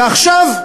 ועכשיו,